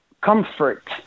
comfort